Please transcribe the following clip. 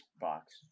box